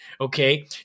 okay